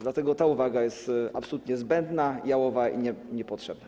Dlatego ta uwaga jest absolutnie zbędna, jałowa i niepotrzebna.